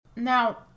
Now